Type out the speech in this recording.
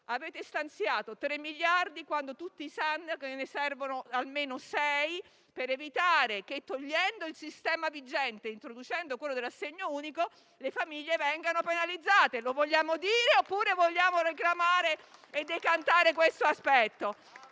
stanziato tre miliardi, quando tutti sanno che ne servono almeno sei per evitare che, togliendo il sistema vigente e introducendo quello dell'assegno unico, le famiglie vengano penalizzate. Lo vogliamo dire oppure vogliamo reclamare e decantare questo aspetto?